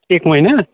एक महिना